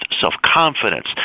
self-confidence